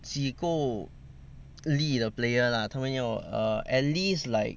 几够力的 player lah 他们要 err at least like